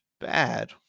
bad